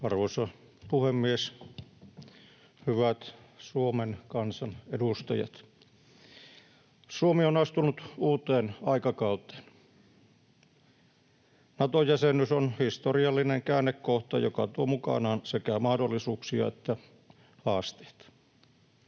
Arvoisa puhemies! Hyvät Suomen kansan edustajat! Suomi on astunut uuteen aikakauteen. Nato-jäsenyys on historiallinen käännekohta, joka tuo mukanaan sekä mahdollisuuksia että haasteita.